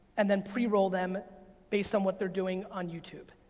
and then pre-roll them based on what they're doing on youtube,